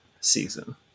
season